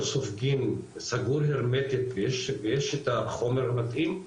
ספיגה סגור הרמטית ויש את החומר המתאים,